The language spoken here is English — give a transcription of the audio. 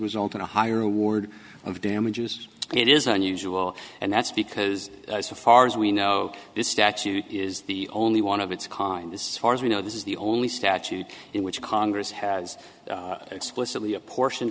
in a higher award of damages it is unusual and that's because as far as we know this statute is the only one of its kind as far as we know this is the only statute in which congress has explicitly apportion